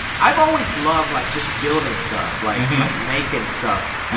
i've always loved, like, just building stuff, like like, making stuff.